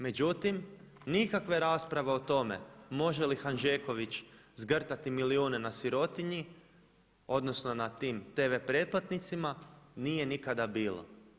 Međutim, nikakve rasprave o tome može li Hanžeković zgrtati milijune na sirotinji odnosno na tim TV pretplatnicima, nije nikada bilo.